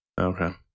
Okay